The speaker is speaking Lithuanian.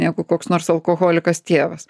negu koks nors alkoholikas tėvas